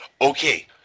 okay